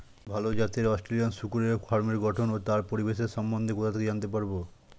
ভাল জাতের অস্ট্রেলিয়ান শূকরের ফার্মের গঠন ও তার পরিবেশের সম্বন্ধে কোথা থেকে জানতে পারবো?